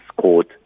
court